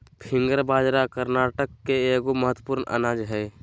finger बाजरा कर्नाटक के एगो महत्वपूर्ण अनाज हइ